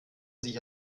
sich